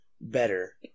better